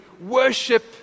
worship